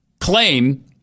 claim